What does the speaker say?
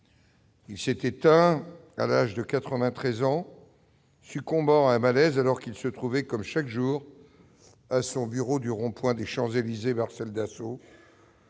Il s'est éteint à l'âge de 93 ans, succombant à un malaise alors qu'il se trouvait, comme chaque jour, à son bureau du rond-point des Champs-Élysées-Marcel-Dassault,